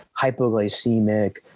hypoglycemic